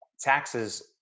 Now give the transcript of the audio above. Taxes